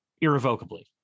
irrevocably